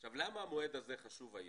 עכשיו, למה המועד הזה חשוב היום?